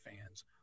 fans